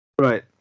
Right